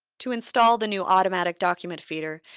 to install the new automatic document feeder,